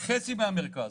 חצי מהמרכז.